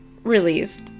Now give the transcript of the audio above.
released